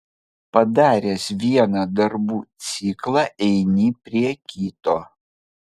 padaręs vieną darbų ciklą eini prie kito